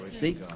See